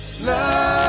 Love